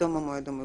מתום המועד המאוחר.